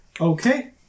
Okay